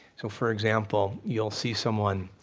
so for example, you'll see someone,